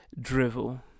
drivel